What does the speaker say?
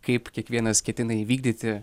kaip kiekvienas ketina įvykdyti